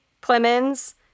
Clemens